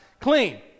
clean